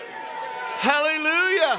hallelujah